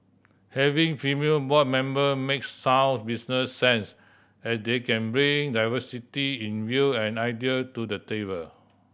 having female board member makes sound business sense as they can bring diversity in view and idea to the table